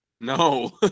No